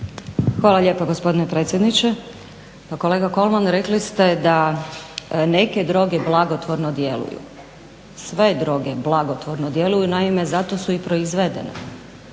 Hvala lijepa gospodine predsjedniče. Pa kolega Kolman rekli ste da neke droge blagotvorno djeluju. Sve droge blagotvorno djeluju, naime zato su i proizvedene.